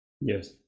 Yes